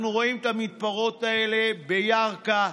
אנחנו רואים את המתפרות האלה בירכא,